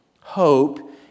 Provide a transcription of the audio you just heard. Hope